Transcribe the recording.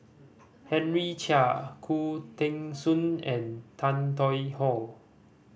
Henry Chia Khoo Teng Soon and Tan Tong Hye